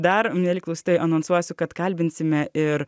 dar mieli klausytojai anonsuosiu kad kalbinsime ir